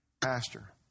Pastor